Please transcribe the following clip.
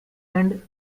end